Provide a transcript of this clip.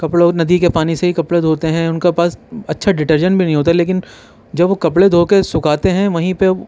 کپڑوں کو ندی کے پانی سے ہی کپڑے دھوتے ہیں ان کا پاس اچھا ڈیٹرجن بھی نہیں ہوتا لیکن جب وہ کپڑے دھو کے سکھاتے ہیں وہیں پہ